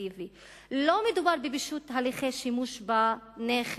אדמיניסטרטיבי ושלא מדובר בפישוט הליכי שימוש בנכס,